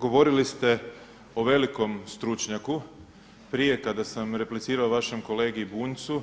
Govorili ste o velikom stručnjaku prije kada sam replicirao vašem kolegi Bunjcu,